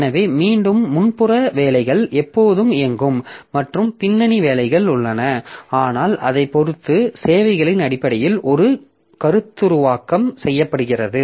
எனவே மீண்டும் முன்புற வேலைகள் எப்போதும் இயங்கும் மற்றும் பின்னணி வேலைகள் உள்ளன ஆனால் அதைப் பொறுத்து சேவைகளின் அடிப்படையில் ஒரு கருத்துருவாக்கம் செய்யப்படுகிறது